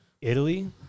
Italy